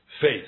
faith